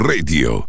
Radio